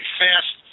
fast